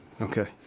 Okay